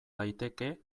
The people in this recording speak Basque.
daiteke